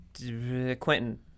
quentin